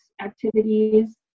activities